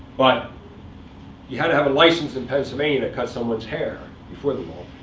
but you had to have a license in pennsylvania to cut someone's hair, before the law,